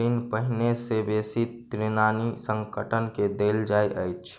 ऋण पहिने से बेसी ऋणी संगठन के देल जाइत अछि